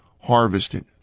harvested